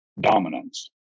dominance